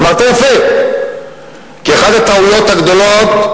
אמרת יפה, כי אחת הטעויות הגדולות,